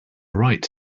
right